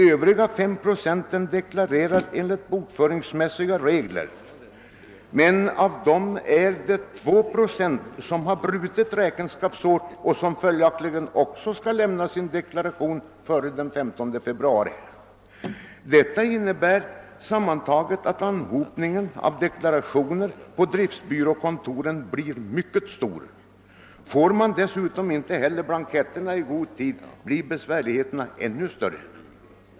Övriga — alltså 5 procent — deklarerar enligt bokföringsmässiga regler, men av dessa är det 2 procent som har brutet räkenskapsår och följaktligen också skall lämna sina deklarationer senast den 15 februari. Detta innebär att anhopningen av deklarationer på driftbyråkontoren blir mycket stor. Får man dessutom inte blanketterna i god tid blir besvärligheterna ännu större.